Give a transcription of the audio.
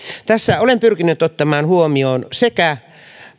tässä olen pyrkinyt ottamaan huomioon sekä